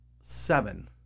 seven